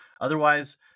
Otherwise